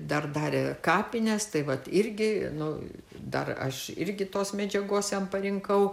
dar darė kapines tai vat irgi nu dar aš irgi tos medžiagos jam parinkau